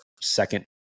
second